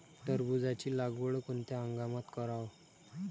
टरबूजाची लागवड कोनत्या हंगामात कराव?